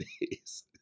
days